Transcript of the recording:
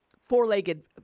four-legged